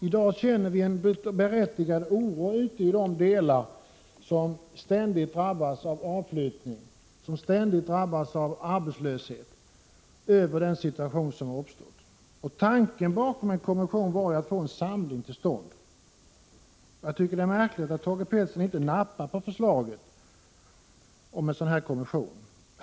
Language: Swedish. I dag känner vi en berättigad oro över den situation som uppstått ute i de delar av landet som ständigt drabbas av avflyttning, som ständigt drabbas av arbetslöshet. 91 Tanken bakom förslaget om en kommission var som sagt att få en samling till stånd. Jag tycker det är märkligt att Thage Peterson inte nappar på förslaget om en regionalpolitisk kommission.